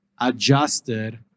adjusted